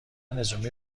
رزومه